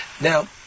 Now